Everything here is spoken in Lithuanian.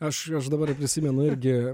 aš aš dabar prisimenu irgi